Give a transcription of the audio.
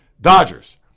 Dodgers